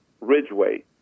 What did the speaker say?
Ridgeway